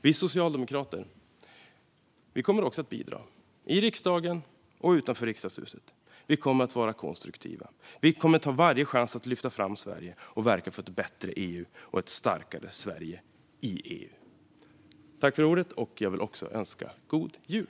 Vi socialdemokrater kommer också att bidra, i riksdagen och utanför Riksdagshuset. Vi kommer att vara konstruktiva, ta varje chans att lyfta fram Sverige och verka för ett bättre EU och ett starkare Sverige i EU. Jag vill också önska en god jul.